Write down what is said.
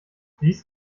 siehst